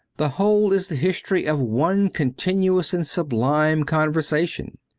the whole is the history of one continuous and sublime conversation.